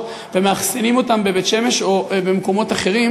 ומאכסנים אותם בבית-שמש או במקומות אחרים,